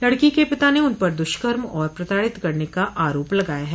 लड़की के पिता ने उन पर दुष्कर्म और प्रताड़ित करने का आरोप लगाया है